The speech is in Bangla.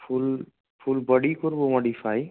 ফুল ফুল বডিই করব মডিফাই